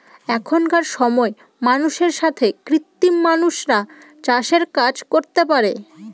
এখনকার সময় মানুষের সাথে কৃত্রিম মানুষরা চাষের কাজ করতে পারে